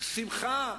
שמחה